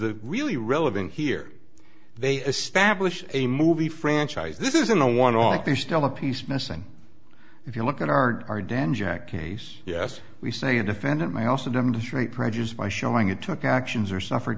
the really relevant here they establish a movie franchise this isn't a one off like they're still a piece missing if you look at our dan jack case yes we say a defendant may also demonstrate prejudice by showing it took actions or suffered